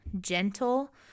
gentle